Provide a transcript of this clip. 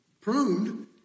pruned